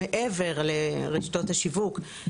מעבר לרשתות השיווק.